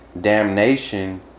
damnation